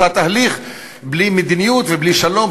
רוצה תהליך בלי מדיניות ובלי שלום.